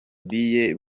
biye